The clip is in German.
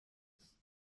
ist